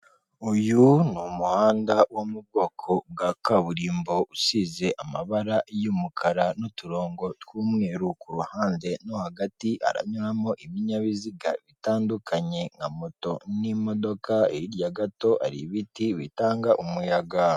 Uyu ni umuhanda wo mu bwoko bwa kaburimbo, usize amabara y'umukara n'uturongo tw'umweru, ku ruhande no hagati haranyuramo ibinyabiziga bitandukanye nka moto n'imodokarya, hirya gato hari ibiti bitanga umuyaga.